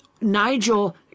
Nigel